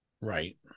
Right